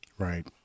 Right